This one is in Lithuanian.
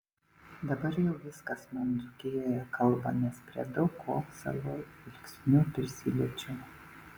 dabar jau viskas man dzūkijoje kalba nes prie daug ko savo žvilgsniu prisiliečiau